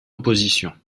opposition